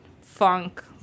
funk